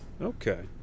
Okay